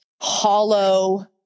hollow